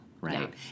right